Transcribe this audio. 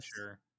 sure